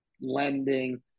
lending